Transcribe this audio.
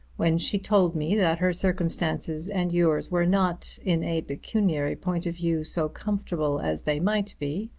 when she told me that her circumstances and yours were not in a pecuniary point of view so comfortable as they might be,